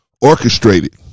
Orchestrated